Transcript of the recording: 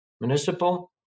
municipal